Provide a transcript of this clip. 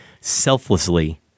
selflessly